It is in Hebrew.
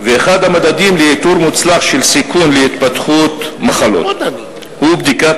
ואחד הממדים לאיתור מוצלח של סיכון להתפתחות מחלות הוא בדיקת